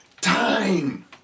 time